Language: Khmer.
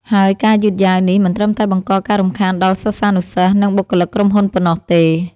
ហើយការយឺតយ៉ាវនេះមិនត្រឹមតែបង្កការរំខានដល់សិស្សានុសិស្ស និងបុគ្គលិកក្រុមហ៊ុនប៉ុណ្ណោះទេ។